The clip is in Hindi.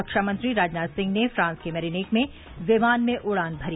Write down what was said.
रक्षा मंत्री राजनाथ सिंह ने फ्रांस के मेरीनेक में विमान में उड़ान भरी